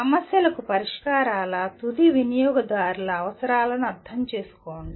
సమస్యలకు పరిష్కారాల తుది వినియోగదారుల అవసరాలను అర్థం చేసుకోండి